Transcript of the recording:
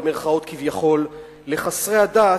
במירכאות, כביכול, לחסרי הדת,